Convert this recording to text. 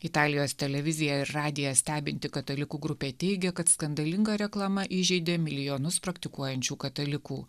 italijos televiziją ir radiją stebinti katalikų grupė teigia kad skandalinga reklama įžeidė milijonus praktikuojančių katalikų